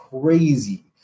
crazy